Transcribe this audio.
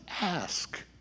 ask